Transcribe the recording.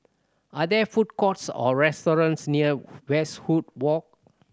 are there food courts or restaurants near Westwood Walk